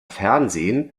fernsehen